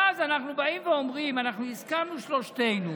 ואז אנחנו באים ואומרים, אנחנו הסכמנו שלושתנו